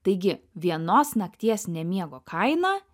taigi vienos nakties nemiego kaina